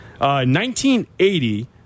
1980